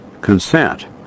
consent